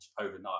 overnight